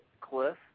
cliff